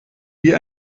wie